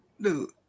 Dude